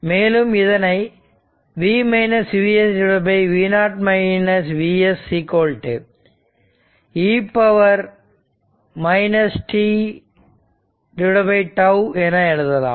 மேலும் இதனை V Vs v0 Vs e tτ என எழுதலாம்